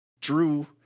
Drew